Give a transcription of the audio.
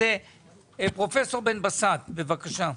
פרופסור בן בסט, בבקשה.